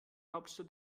hauptstadt